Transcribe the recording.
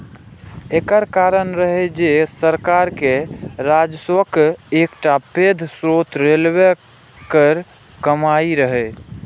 एकर कारण रहै जे सरकार के राजस्वक एकटा पैघ स्रोत रेलवे केर कमाइ रहै